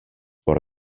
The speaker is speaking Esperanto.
por